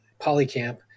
PolyCamp